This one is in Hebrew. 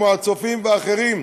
כמו "הצופים" ואחרים.